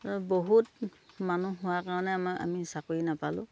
বহুত মানুহ হোৱাৰ কাৰণে আমাৰ আমি চাকৰি নাপালোঁ